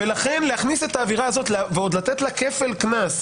ולכן להכניס את העבירה הזאת ועוד לתת לה כפל קנס,